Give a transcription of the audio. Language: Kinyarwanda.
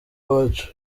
wabanje